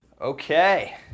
Okay